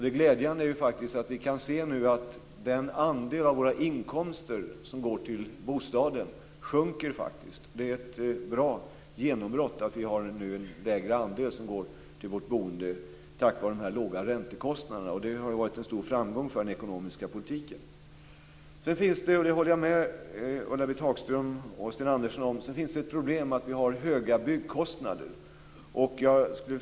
Det glädjande är att vi nu kan se att den andel av våra inkomster som går till bostaden faktiskt sjunker. Det är ett bra genombrott att det nu är en lägre andel som går till vårt boende, tack vare den låga räntekostnaden. Det har varit en stor framgång för den ekonomiska politiken. Sedan finns - jag håller med Ulla-Britt Hagström och Sten Andersson - problemet med höga byggkostnader.